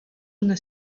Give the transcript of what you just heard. una